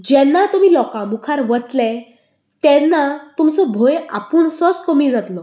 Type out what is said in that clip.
जेन्ना तुमी लोकां मुखार वतले तेन्ना तुमचो भंय आपूणसोच कमी जातलो